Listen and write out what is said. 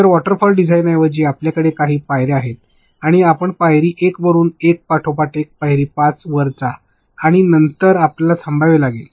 तर वॉटरफॉल डिझाइनऐवजी आपल्याकडे काही पायर्या आहेत आणि आपण पायरी १ वरुन एका पाठोपाठ एक पायरी ५ वर जा आणि नंतर आपल्याला थांबावे लागेल